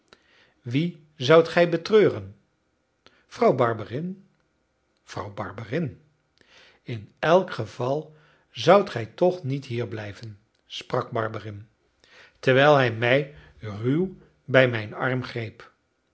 wie zoudt gij betreuren vrouw barberin vrouw barberin in elk geval zoudt gij toch niet hier blijven sprak barberin terwijl hij mij ruw bij mijn arm greep